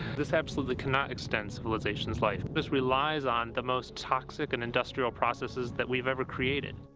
this absolutely can not extend civilization's life. this relies on the most toxic and industrial processes that we've ever created.